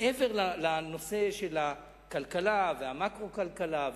מעבר לנושא של הכלכלה והמקרו-כלכלה,